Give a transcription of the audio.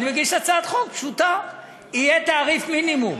אני מגיש הצעת חוק פשוטה: יהיה תעריף מינימום.